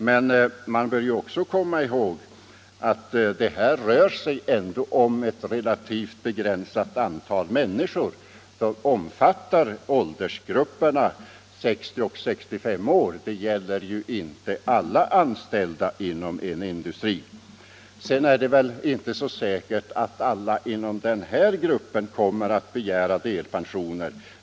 Men man bör också komma ihåg att det här rör sig om ett relativt begränsat antal människor, det gäller åldersgrupperna 60-65 år. Det gäller inte alla anställda inom en industri. Sedan är det ju inte säkert att alla inom denna grupp kommer att begära delpension.